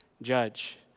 judge